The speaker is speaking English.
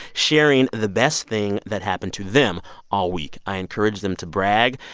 sharing the best thing that happened to them all week. i encourage them to brag.